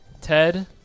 Ted